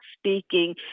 speaking